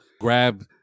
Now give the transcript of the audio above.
grab